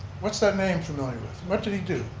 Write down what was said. what's that name familiar with, what did he do?